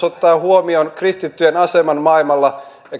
ottaa kehityspolitiikassa huomioon kristittyjen aseman maailmalla